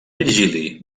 virgili